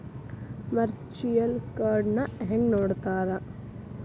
Virtual ಕಾರ್ಡ್ನ ಹೆಂಗ್ ನೋಡ್ತಾರಾ?